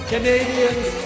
Canadians